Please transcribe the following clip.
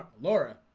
laura